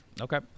Okay